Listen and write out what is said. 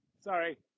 Sorry